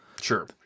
Sure